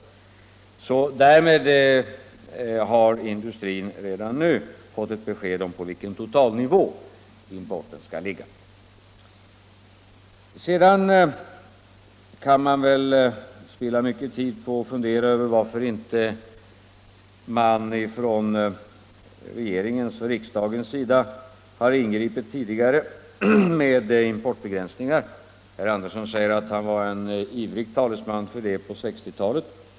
Därmed har industrin redan nu fått ett besked om på vilken totalnivå importen skall ligga. Sedan kan det väl spillas mycken tid på att fundera över varför man inte från regeringens och riksdagens sida har ingripit tidigare med importbegränsningar. Herr Andersson säger att han var en ivrig talesman för sådana på 1960-talet.